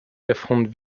affrontent